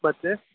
ಮತ್ತೆ